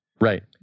Right